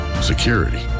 security